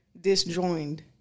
disjoined